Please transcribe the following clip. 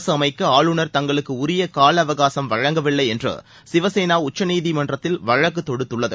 அரசு அமைக்க ஆளுநர் தங்களுக்கு உரிய கால அவகாசம் வழங்கவில்லை என்று சிவசேனா உச்சநீதிமன்றத்தில் வழக்கு தொடுத்துள்ளது